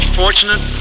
fortunate